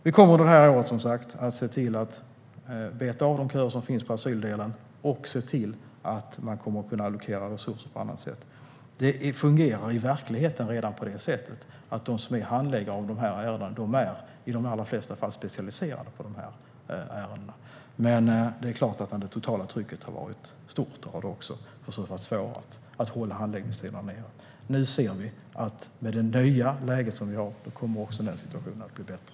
Vi kommer under det här året, som sagt, att beta av de köer som finns på asyldelen och se till att man kommer att kunna allokera resurser på annat sätt. Det fungerar i verkligheten redan på det sättet att de som är handläggare av de här ärendena i de allra flesta fall är specialiserade på de här ärendena, men det är klart att när det totala trycket har varit stort har det också varit svårt att hålla handläggningstiderna nere. Nu ser vi att med det nya läget vi har kommer den situationen också att bli bättre.